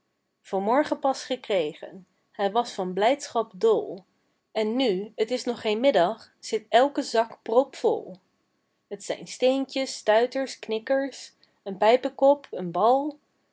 vanmorgen pas gekregen hij was van blijdschap dol en nu t is nog geen middag zit elke zak prop vol t zijn steentjes stuiters knikkers een pijpekop een bal